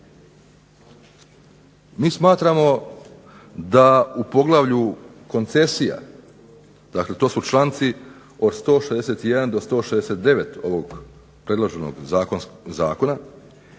Mi smatramo da u poglavlju koncesija, dakle to su članci od 161. do 169. ovog predloženog zakona,